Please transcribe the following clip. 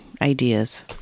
ideas